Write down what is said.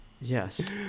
Yes